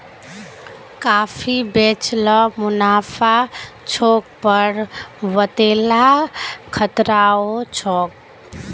काफी बेच ल मुनाफा छोक पर वतेला खतराओ छोक